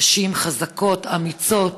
נשים חזקות, אמיצות,